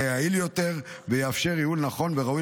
זה יעיל יותר ויאפשר ייעול נכון וראוי